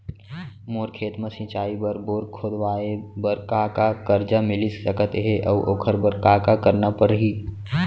मोर खेत म सिंचाई बर बोर खोदवाये बर का का करजा मिलिस सकत हे अऊ ओखर बर का का करना परही?